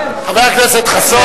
חבר הכנסת חסון,